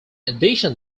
addition